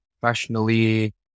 Professionally